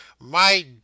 My